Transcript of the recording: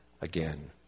again